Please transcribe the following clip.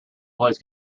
plays